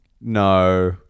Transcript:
No